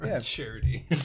charity